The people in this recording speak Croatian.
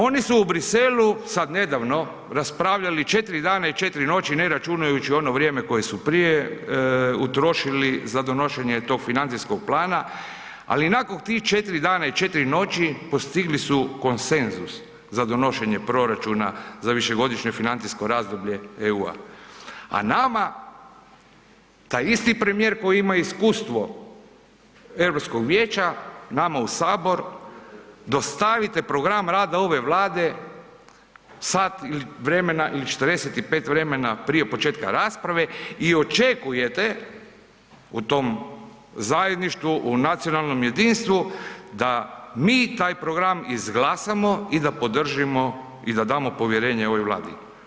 Oni su u Briselu sad nedavno raspravljali 4 dana i 4 noći ne računajući ono vrijeme koje su prije utrošili za donošenje tog financijskog plana, ali nakon tih 4 dana i 4 noći postigli su konsenzus za donošenje proračuna za višegodišnje financijsko razdoblje EU-a, a nama taj isti premijer koji ima iskustvo Europskog vijeća, nama u sabor dostavi taj program rada ove vlade sat vremena ili 45 vremena prije početka rasprave i očekujete u tom zajedništvu, u nacionalnom jedinstvu, da mi taj program izglasamo i da podržimo i da damo povjerenje ovoj vladi.